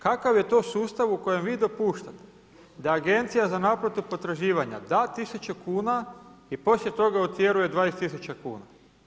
Kakav je to sustav u kojem vi dopuštate da agencija za naplatu potraživanja da 1000 kuna i poslije toga utjeruje 20 tisuća kuna.